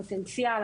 הפוטנציאל,